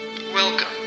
welcome